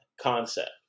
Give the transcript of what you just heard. concept